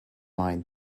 mind